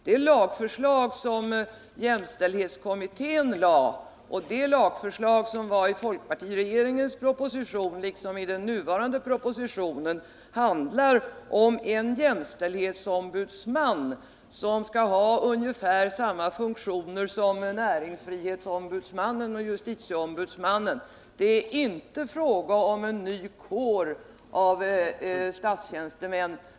Det lagförslag som jämställdhetskommittén lade fram och det lagförslag som fanns i folkpartiregeringens proposition liksom det som finns i den nuvarande propositionen handlar om en jämställdhetsombudsman, som skall ha ungefär samma funktioner som näringsfrihetsombudsmannen och justitieombudsmannen. Det är inte fråga om en ny kår av statstjänstemän.